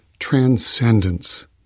transcendence